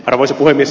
arvoisa puhemies